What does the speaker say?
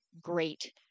great